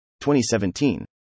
2017